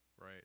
right